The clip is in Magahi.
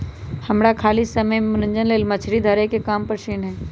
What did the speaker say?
हमरा खाली समय में मनोरंजन लेल मछरी धरे के काम पसिन्न हय